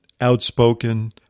outspoken